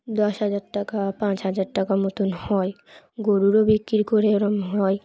দশ হাজার টাকা পাঁচ হাজার টাকা মতন হয় গরুরও বিক্রি করে এরম হয়